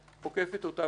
עוקפת אותה מימין.